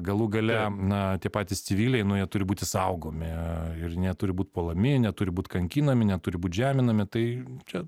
galų gale na tie patys civiliai nu jie turi būti saugomi ir neturi būt puolami jie neturi būt kankinami neturi būt žeminami tai čia